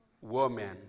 woman